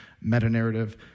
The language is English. meta-narrative